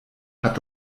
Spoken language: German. hat